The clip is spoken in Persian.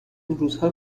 روزها